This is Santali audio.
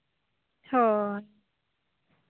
ᱦᱳᱭ